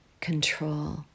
control